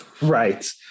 Right